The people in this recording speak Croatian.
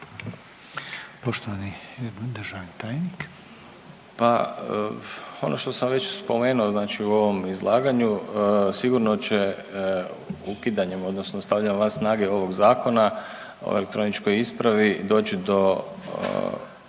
Poštovani državni tajniče